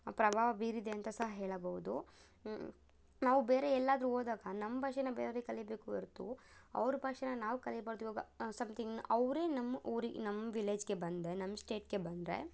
ಪ್ರಭಾವ ಬೀರಿದೆ ಅಂತ ಸಹ ಹೇಳಬಹುದು ನಾವು ಬೇರೆ ಎಲ್ಲಾದರೂ ಹೋದಾಗ ನಮ್ಮ ಭಾಷೆನೆ ಬೇರೆಯವರೇ ಕಲಿಬೇಕು ಹೊರತು ಅವರ ಭಾಷೆನ ನಾವು ಕಲಿಬಾರ್ದು ಇವಾಗ ಸಮಥಿಂಗ್ ಅವರೇ ನಮ್ಮ ಊರು ನಮ್ಮ ವಿಲೇಜ್ಗೆ ಬಂದೆ ನಮ್ಮ ಸ್ಟೇಟ್ಗೆ ಬಂದರೆ